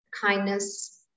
kindness